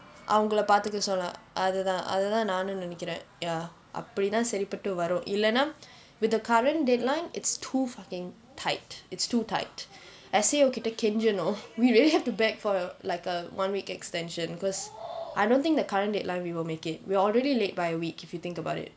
அவங்களை பார்த்துக்க சொல்லலாம் அது தான் அது தான் நானும் நினைக்கிறேன்:avangalai paarthukka sollalaam athu thaan athu thaan naanum ninaikiren ya அப்படி தான் சரி பட்டு வரும் இல்லைனா:appadi thaan sari pattu varum illainaa with the current deadline it's too fucking tight it's too tight S_A_O கிட்டே கெஞ்சனும்:kittae kenjanum we really have to beg for like a one week extension because I don't think the current deadline we will make it we're already late by a week if you think about it